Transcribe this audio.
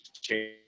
change